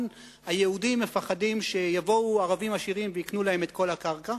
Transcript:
היהודים מפחדים שיבואו ערבים עשירים ויקנו מהם את כל הקרקע,